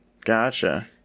Gotcha